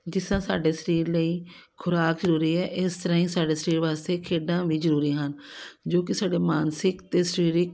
ਜਿਸ ਤਰ੍ਹਾਂ ਸਾਡੇ ਸਰੀਰ ਲਈ ਖੁਰਾਕ ਜ਼ਰੂਰੀ ਹੈ ਇਸ ਤਰ੍ਹਾਂ ਹੀ ਸਾਡੇ ਸਰੀਰ ਵਾਸਤੇ ਖੇਡਾਂ ਵੀ ਜ਼ਰੂਰੀ ਹਨ ਜੋ ਕਿ ਸਾਡੇ ਮਾਨਸਿਕ ਅਤੇ ਸਰੀਰਕ